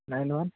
nine one